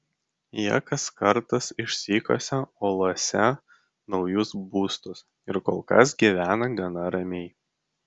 jie kas kartas išsikasa uolose naujus būstus ir kol kas gyvena gana ramiai